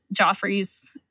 Joffrey's